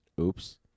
Oops